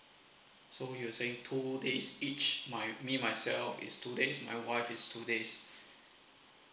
so you're saying two days each my me myself is two days my wife is two days